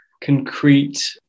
concrete